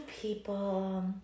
people